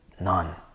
none